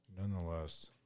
nonetheless